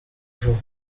vuba